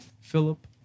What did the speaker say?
Philip